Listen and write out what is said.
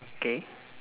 okay